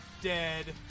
Dead